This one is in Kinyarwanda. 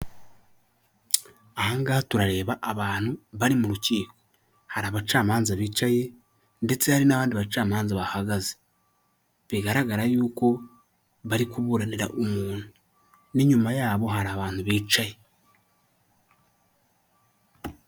Ahangaha turareba abantu bari mu rukiko hari abacamanza bicaye ndetse hari n'abandi bacamanza bahagaze bigaragara yuko bari kuburanira umuntu ni nyuma yabo hari abantu bicaye .